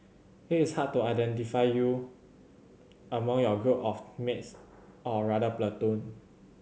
it is hard to identify you among your group of mates or rather platoon